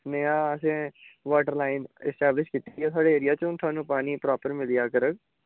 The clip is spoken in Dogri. नेआ असें बाटर लाईन इस्टैवलिश कीती थुआढ़े एरिया च हून पानी थोआनू प्रापर मिली जा करग